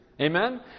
Amen